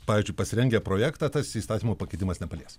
pavyzdžiui pasirengę projektą tas įstatymo pakeitimas nepalies